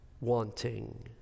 wanting